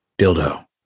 Dildo